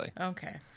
Okay